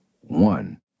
One